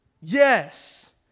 Yes